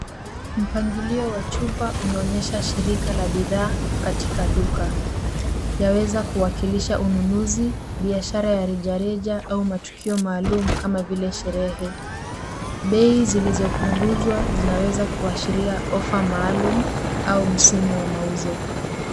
Mpangilio wa chupa unaoyesha shirika la bidhaa katika duka. Yaweza kuwakilisha ununuzi, biashara ya rejareja au matukio maalumu kama vile sherehe. Bei zilizopunguzwa zinaweza kuashiria ofa maalumu au msimu wa mauzo.